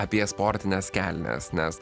apie sportines kelnes nes